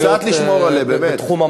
נמשיך להיות איפה שאנחנו,